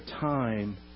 time